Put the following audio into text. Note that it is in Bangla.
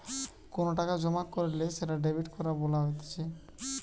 কোনো টাকা জমা কইরলে সেটা ডেবিট করা বলা হতিছে